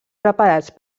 preparats